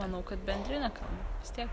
manau kad bendrine kalba vis tiek